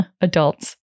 Adults